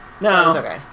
No